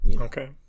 Okay